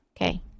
okay